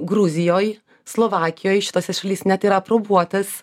gruzijoj slovakijoj šituose šalyse net yra aprobuotas